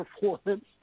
performance